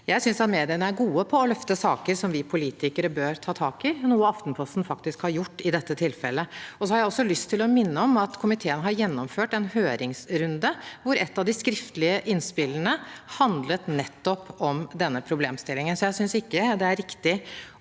Jeg synes at mediene er gode på å løfte saker som vi politikere bør ta tak i, noe Aftenposten faktisk har gjort i dette tilfellet. Jeg har også lyst til å minne om at komiteen har gjennomført en høringsrunde hvor et av de skriftlige innspillene handlet nettopp om denne problemstillingen, så jeg synes ikke det er riktig